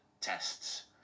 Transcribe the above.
tests